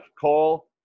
Cole